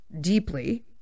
deeply